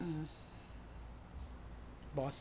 mmhmm boss